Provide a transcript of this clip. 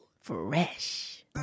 Fresh